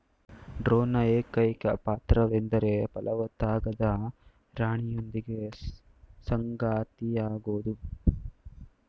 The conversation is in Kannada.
ಡ್ರೋನ್ನ ಏಕೈಕ ಪಾತ್ರವೆಂದರೆ ಫಲವತ್ತಾಗದ ರಾಣಿಯೊಂದಿಗೆ ಸಂಗಾತಿಯಾಗೋದು